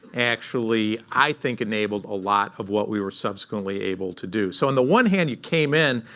actually, i think, enabled a lot of what we were subsequently able to do. so on the one hand, you came in,